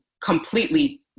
completely